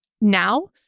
now